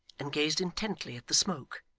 and gazed intently at the smoke,